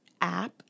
app